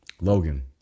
Logan